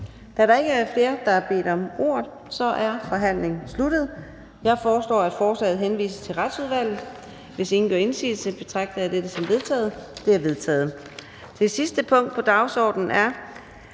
Da der ikke er flere, der har bedt om ordet, er forhandlingen sluttet. Jeg foreslår, at forslaget til folketingsbeslutning henvises til Retsudvalget. Hvis ingen gør indsigelse, betragter jeg dette som vedtaget. Det er vedtaget. --- Det sidste punkt på dagsordenen er: